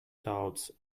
thoughts